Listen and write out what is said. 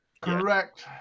correct